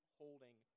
Holding